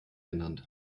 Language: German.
genannt